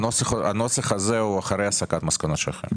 הנוסח הזה הוא אחרי הסקת מסקנות שלכם?